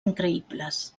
increïbles